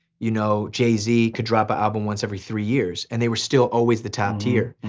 you know, jay z could drop a album once every three years. and they were still always the top tier.